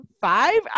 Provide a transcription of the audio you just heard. five